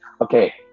okay